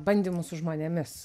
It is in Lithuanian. bandymus su žmonėmis